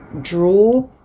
draw